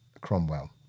Cromwell